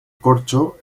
corcho